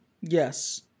Yes